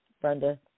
Brenda